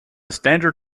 standard